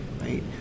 right